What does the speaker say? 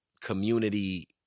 community